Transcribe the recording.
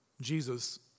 Jesus